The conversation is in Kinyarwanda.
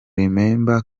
remember